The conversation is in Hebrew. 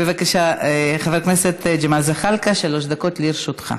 בבקשה, חבר הכנסת ג'מאל זחאלקה, שלוש דקות לרשותך.